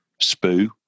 spoo